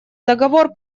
договор